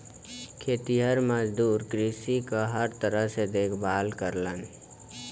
खेतिहर मजदूर कृषि क हर तरह से देखभाल करलन